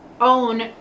own